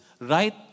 right